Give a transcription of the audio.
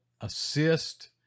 assist